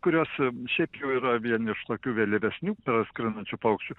kurios šiaip jau yra vieni iš tokių vėlyvesnių praskrendančių paukščių